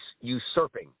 usurping